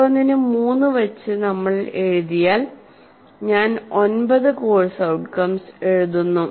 ഓരോന്നിനുംമൂന്ന് വച്ച് നമ്മൾ എഴുതിയാൽ ഞാൻ ഒൻപത് കോഴ്സ് ഔട്ട്കംസ് എഴുതുന്നു